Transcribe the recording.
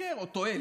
משקר או טועה.